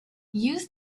use